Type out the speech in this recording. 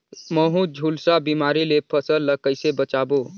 महू, झुलसा बिमारी ले फसल ल कइसे बचाबो?